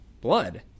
Blood